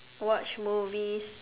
watch movies